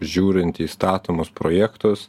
žiūrint į statomus projektus